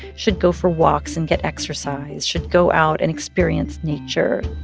should go for walks and get exercise, should go out and experience nature.